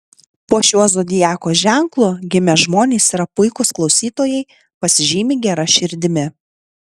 po šiuo zodiako ženklu gimę žmonės yra puikūs klausytojai pasižymi gera širdimi